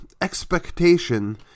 expectation